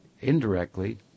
indirectly